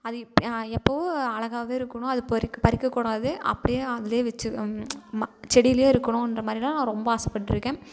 அது இப் எப்போவும் அழகாகவே இருக்கணும் அது பறிக்க பறிக்கக்கூடாது அப்படியே அதில் வச்சு ம செடியிலியே இருக்கணுன்ற மாதிரிலாம் நான் ரொம்ப ஆசைப்பட்ருக்கேன்